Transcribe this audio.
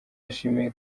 yashimiye